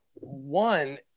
One